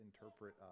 interpret